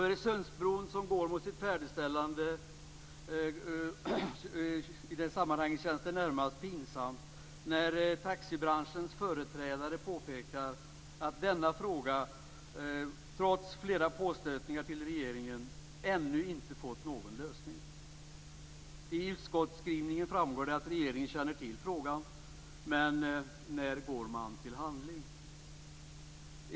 Öresundsbron går mot sitt färdigställande, och i det sammanhanget känns det närmast pinsamt när taxibranschens företrädare påpekar att denna fråga trots flera påstötningar till regeringen ännu inte har fått någon lösning. I utskottsskrivningen framgår det att regeringen känner till frågan. Men när går den till handling?